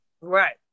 Right